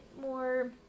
more